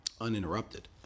uninterrupted